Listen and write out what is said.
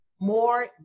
more